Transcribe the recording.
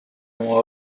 oma